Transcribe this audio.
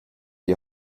die